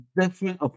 different